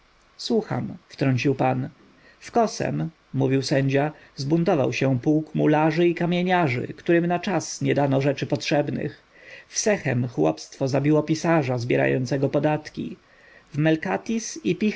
słucham wtrącił pan w kosem mówił sędzia zbuntował się pułk mularzy i kamieniarzy którym na czas nie dano rzeczy potrzebnych w sechem chłopstwo zabiło pisarza zbierającego podatki w melcatis i pi-hebit